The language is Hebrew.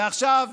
ועכשיו,